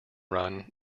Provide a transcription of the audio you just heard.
run